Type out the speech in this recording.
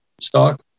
stock